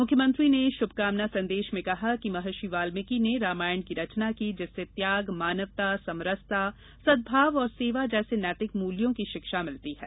मुख्यमंत्री ने शुभकामना संदेश में कहा कि महर्षि वाल्मीकि ने रामायण की रचना की जिससे त्याग मानवता समरसता सद्भाव और सेवा जैसे नैतिक मूल्यों की शिक्षा मिलती है